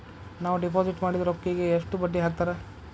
ನಾವು ಡಿಪಾಸಿಟ್ ಮಾಡಿದ ರೊಕ್ಕಿಗೆ ಎಷ್ಟು ಬಡ್ಡಿ ಹಾಕ್ತಾರಾ?